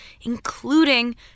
including